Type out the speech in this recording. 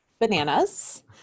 bananas